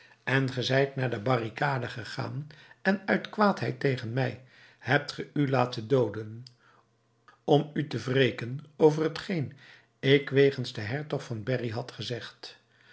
en ge zijt naar de barricaden gegaan en uit kwaadheid tegen mij hebt ge u laten dooden om u te wreken over hetgeen ik wegens den hertog van berry had gezegd